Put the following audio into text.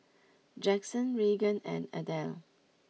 Jackson Regan and Adele